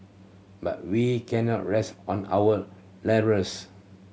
but we cannot rest on our laurels